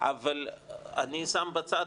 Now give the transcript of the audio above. אבל אני שם בצד,